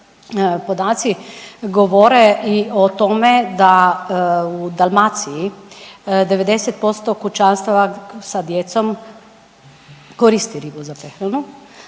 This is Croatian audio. podaci govore i o tome da u Dalmaciji 90% kućanstava sa djecom koristi ribu za prehranu,